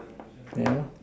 yeah